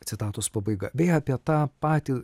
citatos pabaiga beje apie tą patį